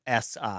SI